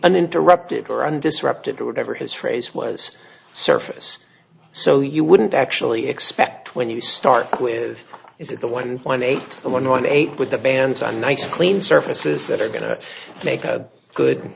uninterrupted or on the disrupted or whatever his phrase was surface so you wouldn't actually expect when you start with is it the one point eight zero one one eight with the bands on nice clean surfaces that are going to make a good